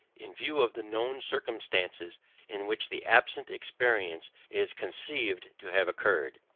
in view of the known circumstances in which the absent experience is conceived to have occurred.